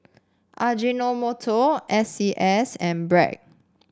Ajinomoto S C S and Bragg